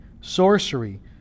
sorcery